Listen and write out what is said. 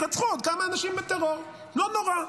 יירצחו עוד כמה אנשים מטרור, לא נורא.